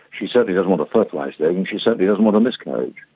she certainly doesn't want a fertilised egg, and she certainly doesn't want a miscarriage.